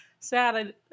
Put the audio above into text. Sad